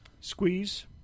Squeeze